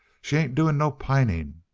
she ain't doing no pining,